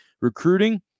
Recruiting